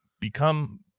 become